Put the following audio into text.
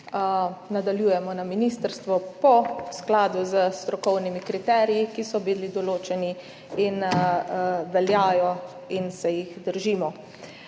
nadaljujemo na ministrstvu v skladu s strokovnimi kriteriji, ki so bili določeni in veljajo in se jih držimo.